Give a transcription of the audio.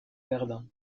verdun